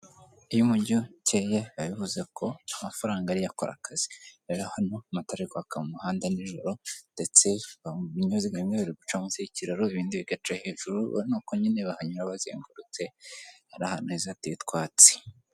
Ikeye biba bivuze ko amafaranga ariyo akora akazi, rero hano amatara ari kwaka mu muhanda nijoro ndetse ibinyabiziga bimwe biri guca munsi y'ikiraro ibindi bigaca hejuru urabona ko nyine bahanyura bazengurutse ari ahantu heza hateye utwatsi.